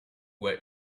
were